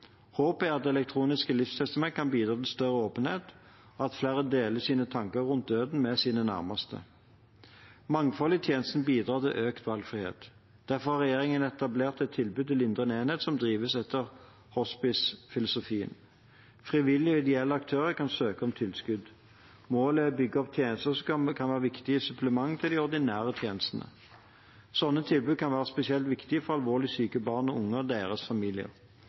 er at elektroniske livstestament kan bidra til større åpenhet og til at flere deler sine tanker rundt døden med sine nærmeste. Mangfold i tjenestene bidrar til økt valgfrihet. Derfor har regjeringen etablert et tilskudd til lindrende enheter som drives etter hospicefilosofien. Frivillige og ideelle aktører kan søke om tilskudd. Målet er å bygge opp tjenester som kan være viktige supplement til de ordinære tjenestene. Slike tilbud kan være spesielt viktige for alvorlig syke barn og unge og deres familier.